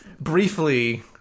briefly